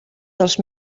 dels